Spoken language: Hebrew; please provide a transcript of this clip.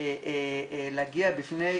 אנחנו ממשיכים,